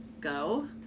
go